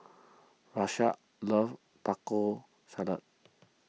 Rashad loves Taco Salad